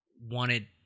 wanted